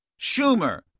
Schumer